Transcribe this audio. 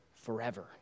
forever